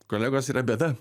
kolegos yra bėda